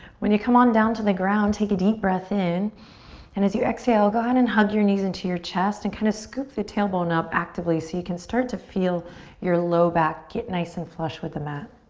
when you come on down to the ground take a deep breath in and as you exhale go ahead and hug your knees into your chest and kind of scoop the tailbone up actively so you can start to feel your low back get nice and flush with the mat.